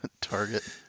target